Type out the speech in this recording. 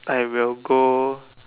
I will go